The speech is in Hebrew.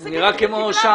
הרשימה.